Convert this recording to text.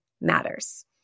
matters